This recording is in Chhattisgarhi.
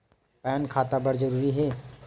पैन खाता बर जरूरी हे?